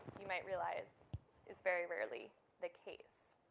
you might realize it's very rarely the case.